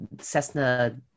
Cessna